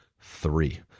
three